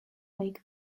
make